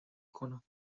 کنم